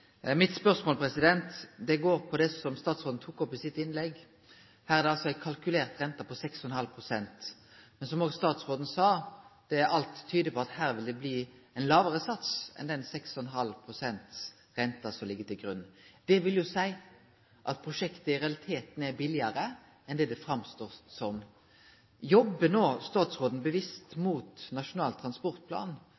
Mitt spørsmål gjeld det statsråden tok opp i sitt innlegg. Her er det ei kalkulert rente på 6,5 pst. Som òg statsråden sa, tyder alt på at det her vil bli ein lågare sats enn 6,5 pst. rente som ligg til grunn. Det vil seie at prosjektet i realiteten er billegare enn det det har framstått som. Jobbar statsråden no bevisst